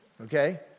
Okay